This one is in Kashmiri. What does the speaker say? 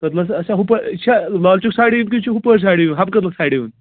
کٔدلس اَچھا ہُپٲرۍ یہِ چھا لال چوک سایِڈٕ یُن کِنہٕ یہِ چھُ ہُپٲرۍ سایِڈٕ یُن حَبہٕ کٔدٕل سایِڈٕ یُن